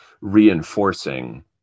reinforcing